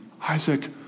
Isaac